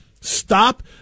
stop